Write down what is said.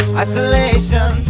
isolation